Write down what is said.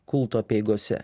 kulto apeigose